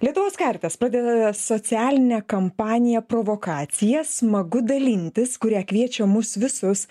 lietuvos karitas pradeda socialinę kampaniją provokaciją smagu dalintis kuria kviečia mus visus